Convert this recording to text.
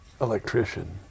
electrician